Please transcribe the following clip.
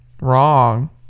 wrong